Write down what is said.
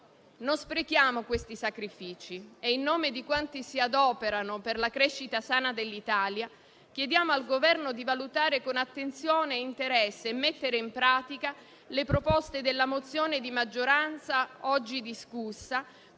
Non sprechiamo questi sacrifici e, in nome di quanti si adoperano per la crescita sana dell'Italia, chiediamo al Governo di valutare con attenzione e interesse e mettere in pratica le proposte della mozione di maggioranza oggi discussa,